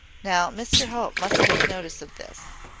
now, mr hope must take notice of this.